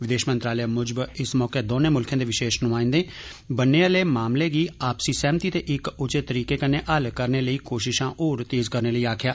विदेष मंत्रालय मुजब इस मौके दौनें मुल्खें दे विषेश नुमाइंदें बन्ने आले मामले गी आपसी सहमति ते इक उचित तरीके कन्नै हल करने लेई कोषिषां होर तेज करने लेई आक्खेआ